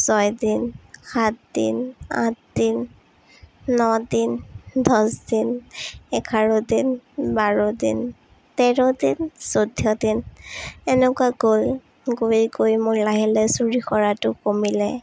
ছয়দিন সাতদিন আঠদিন নদিন দছদিন এঘাৰ দিন বাৰ দিন তেৰ দিন চৈধ্য দিন এনেকুৱা গৈ গৈ গৈ মোৰ লাহে লাহে চুলি সৰাটো কমিলে